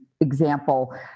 example